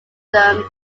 them